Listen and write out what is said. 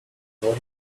what